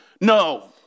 No